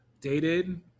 dated